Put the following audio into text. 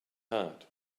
heart